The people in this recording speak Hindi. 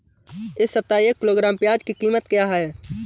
इस सप्ताह एक किलोग्राम प्याज की कीमत क्या है?